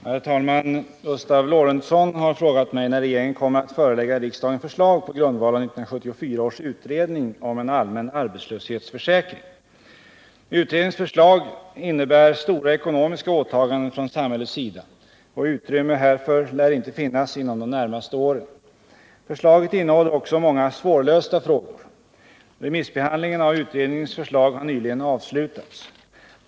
Herr talman! Gustav Lorentzon har frågat mig när regeringen kommer att förelägga riksdagen förslag på grundval av 1974 års utredning om en allmän arbetslöshetsförsäkring. Utredningens förslag innebär stora ekonomiska åtaganden från samhällets sida, och utrymme härför lär inte finnas inom de närmaste åren. Förslaget innehåller också många svårlösta frågor. Remissbehandlingen av utredningens förslag har nyligen avslutats.